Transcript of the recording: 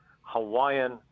Hawaiian